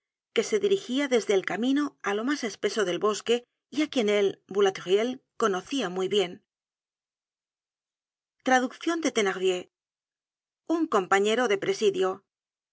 que se dirigia desde el camino á lo mas espeso del bosque y á quien él boulatruelle conocía muy bien traduccion de thenardier un compañero de presidio